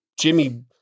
Jimmy